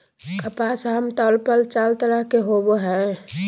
कपास आमतौर पर चार तरह के होवो हय